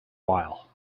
while